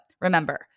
remember